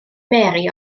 mary